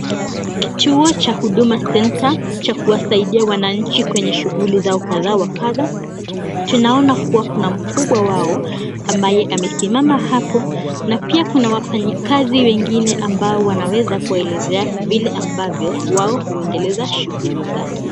Kituo cha huduma centre cha kuwasaidia wananchi kwenye shighuli zao wakadha wa kadha. Tunaona kuwa kuna mkubwa wao ambaye amesimama hapo na pia kuna wafanyi kazi wengine ambao wanaweza kuelezea vile ambavyo wao huendeleza shughuli zao.